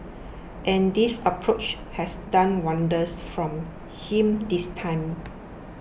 and this approach has done wonders from him this time